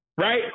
right